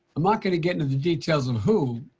i'm not going to get into the details of who,